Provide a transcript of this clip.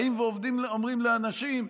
באים ואומרים לאנשים: